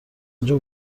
آنجا